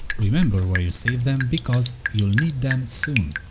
remember where you save them because you'll need them soon.